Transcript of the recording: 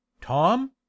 tom